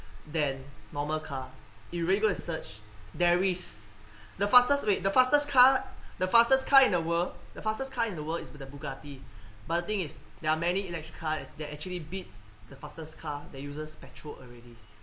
then normal car if you really go and search there is the fastest wait the fastest car the fastest car in the world the fastest car in the world is the bugatti but the thing is there are many electric car that actually beats the fastest car that uses petrol already